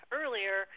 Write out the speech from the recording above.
earlier